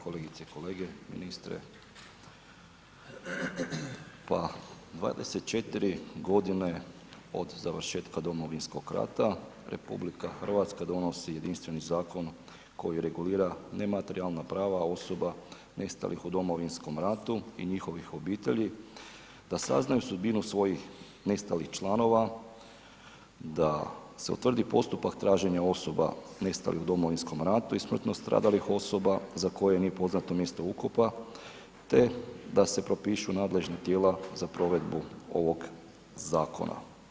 Kolegice i kolege, ministre, pa 24 godine od završetka Domovinskog rata RH donosi jedinstveni zakon koji regulira nematerijalna prava osoba nestalih u Domovinskom ratu i njihovih obitelji da saznaju sudbinu svojih nestalih članova, da se utvrdi postupak traženja osoba nestalih u Domovinskom ratu i smrtno stradalih osoba za koje nije poznato mjesto ukopa te da se propišu nadležna tijela za provedbu ovog zakona.